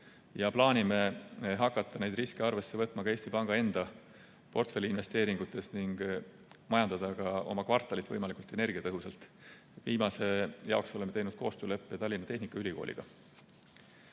ja plaanime hakata neid riske arvesse võtma ka Eesti Panga enda portfelliinvesteeringutes ning majandada ka oma kvartalit võimalikult energiatõhusalt. Viimase jaoks oleme teinud koostööleppe Tallinna Tehnikaülikooliga.